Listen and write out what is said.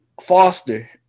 Foster